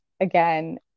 again